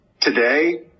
Today